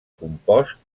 compost